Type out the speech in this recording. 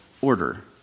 order